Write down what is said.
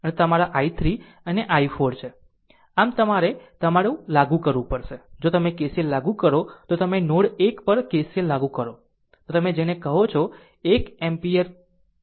આમ તમારે તમારી લાગુ કરવું પડશે જો તમે KCL લાગુ કરો તો તમે નોડ 1 પર KCL લાગુ કરો તો તમે જેને કરો છો 1 એમ્પીયર કરંટ વધી રહ્યો છે